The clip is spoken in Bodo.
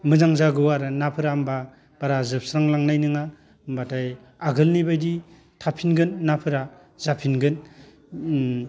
मोजां जागौ आरो नाफोरा होमब्ला बारा जोबस्रांलांनाय नङा होमब्लाथाय आगोलनिबायदि थाफिनगोन नाफोरा जाफिनगोन उम